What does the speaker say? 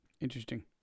interesting